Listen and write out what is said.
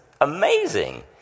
amazing